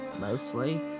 Mostly